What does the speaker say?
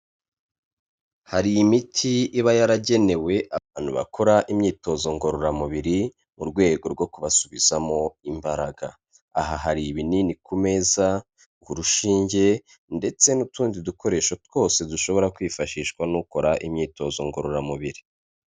Hari imiti iba yaragenewe abantu bakora imyitozo ngororamubiri mu rwego rwo kubasubizamo imbaraga. Aha hari ibinini ku meza, urushinge ndetse n'utundi dukoresho twose dushobora kwifashishwa nukora imyitozo ngororamubiri.